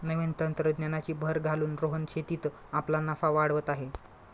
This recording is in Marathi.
नवीन तंत्रज्ञानाची भर घालून रोहन शेतीत आपला नफा वाढवत आहे